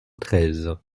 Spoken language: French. treize